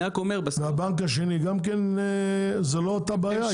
אני רק אומר --- והבנק השני גם --- זאת לא הייתה אותה בעיה.